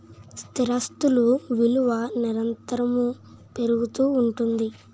స్థిరాస్తులు విలువ నిరంతరము పెరుగుతూ ఉంటుంది